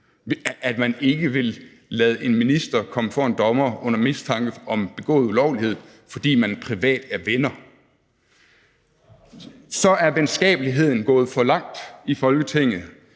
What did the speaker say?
at man ikke vil lade en minister komme for en dommer under mistanke om en begået ulovlighed, fordi man privat er venner. Så er venskabeligheden gået for langt i Folketinget,